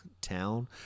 town